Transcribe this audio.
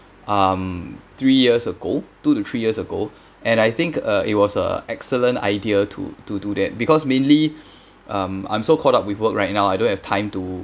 um three years ago two to three years ago and I think uh it was a excellent idea to to do that because mainly um I'm so caught up with work right now I don't have time to